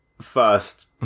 first